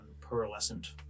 pearlescent